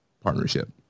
partnership